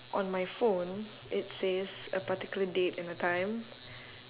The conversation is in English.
on my phone it says a particular date and a time